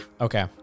Okay